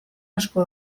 asko